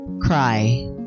cry